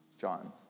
John